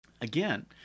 Again